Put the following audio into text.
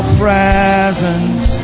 presence